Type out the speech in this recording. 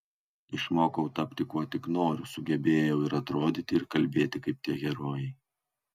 išmokau tapti kuo tik noriu sugebėjau ir atrodyti ir kalbėti kaip tie herojai